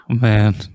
Man